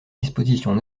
dispositions